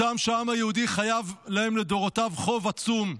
אותם אלה שהעם היהודי חייב להם לדורותיו חוב עצום.